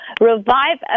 revive